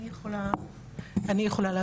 אני יכולה להגיד.